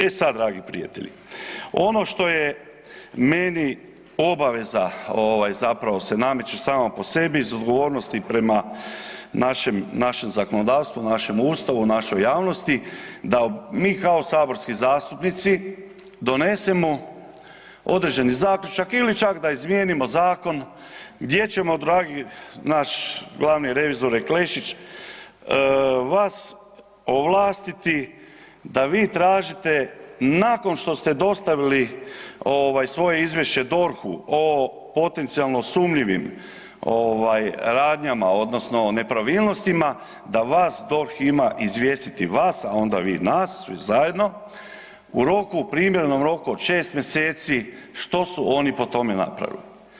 E sad dragi prijatelji, ono što je meni obaveza zapravo se nameće sama po sebi iz odgovornosti prema našem zakonodavstvu, našem Ustavu, našoj javnosti da mi kao saborski zastupnici donesemo određeni zaključak ili čak da izmijenimo zakon gdje ćemo dragi naš glavni revizore Klešić, vas ovlastiti da vi tražite nakon što ste dostavili svoje izvješće DORH-u o potencijalno sumnjivim radnjama odnosno nepravilnostima da vas DORH ima izvijestiti vas, a onda vi nas svi zajedno u primjerenom roku od 6 mjeseci što su oni po tome napravili.